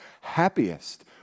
happiest